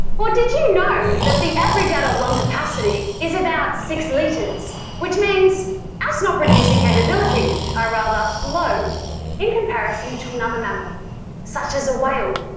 well, did you know that the average adult lung capacity is about six litres, which means our snot producing capabilities are rather low in comparison to another mammal such as a whale,